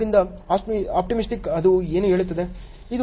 ಆದ್ದರಿಂದ ಆಪ್ಟಿಮೈಸೇಶನ್ ಅದು ಏನು ಹೇಳುತ್ತದೆ